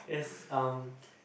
is um